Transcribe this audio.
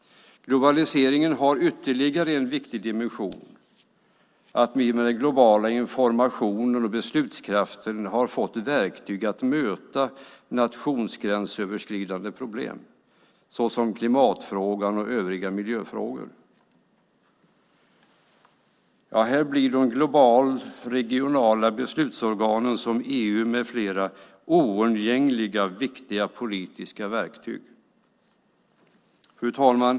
Globaliseringen har ytterligare en viktig dimension. Det är att vi med den globala informationen och beslutskraften har fått verktyg för att möta nationsgränsöverskridande problem såsom klimatfrågan och övriga miljöfrågor. Här blir de global-regionala beslutsorganen som EU med flera oundgängliga politiska verktyg. Fru talman!